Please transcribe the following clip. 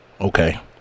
Okay